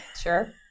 sure